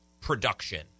production